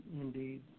indeed